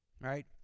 Right